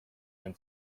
and